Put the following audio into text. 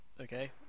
Okay